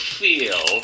feel